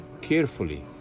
carefully